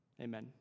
Amen